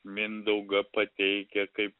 mindaugą pateikia kaip